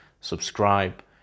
subscribe